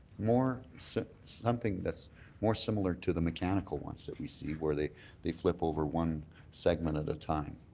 more so something that's more similar to the mechanical ones that we see where they they flip over one segment at a time.